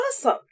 Awesome